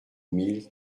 mille